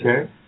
Okay